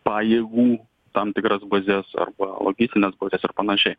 pajėgų tam tikras bazes arba logistines bazes ir panašiai